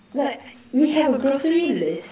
like we have a grocery list